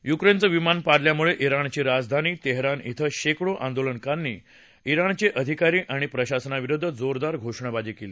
युक्रेनचं विमान पाडल्यामुळे विणची राजधानी तेहरान ड्वें शेकडो आंदोलकांनी विणचे अधिकारी आणि प्रशासनाविरुद्ध जोरदार घोषणाबाजी केली